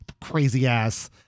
crazy-ass